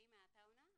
פהימה עטאונה,